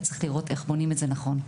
וצריך לראות איך בונים את זה נכון.